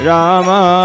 Rama